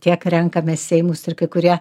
tiek renkame seimus ir kai kurie